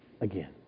Again